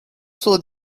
saw